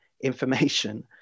information